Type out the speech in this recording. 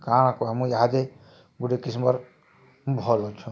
କାଣା କହେମୁ ଇହାଦେ ଗୁଟେ କିସମର୍ ଭଲ୍ ଅଛୁ